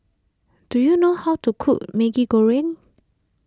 do you know how to cook Maggi Goreng